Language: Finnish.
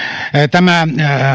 tämä